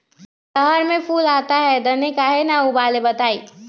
रहर मे फूल आता हैं दने काहे न आबेले बताई?